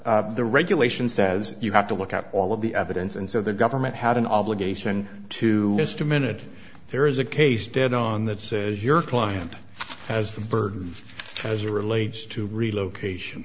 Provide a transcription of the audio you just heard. honor the regulation says you have to look at all of the evidence and so the government had an obligation to just a minute there is a case dead on that says your client has the burden as a relates to relocation